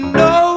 no